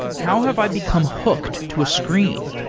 how have i become hooked to a screen?